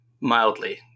Mildly